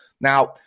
Now